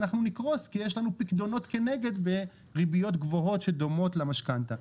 אנחנו נקרוס כי יש לנו פיקדונות כנגד בריביות גבוהות שדומות למשכנתא.